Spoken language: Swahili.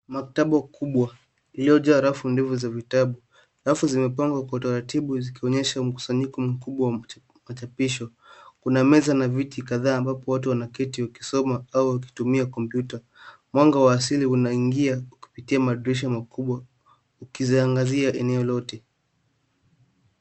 Maktaba kubwa iliyojaa rafu ndefu za vitabu. Rafu zimepangwa kwa utaratibu zikionyesha mkusanyiko mkubwa wa machapisho. Kuna meza na viti kadhaa ambapo watu wanaketi wakisoma au wakitumia kompyuta. Mwanga wa asili unaingia kupitia madirisha makubwa ukiziangazia eneo lote.